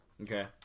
Okay